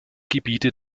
gebiete